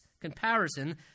comparison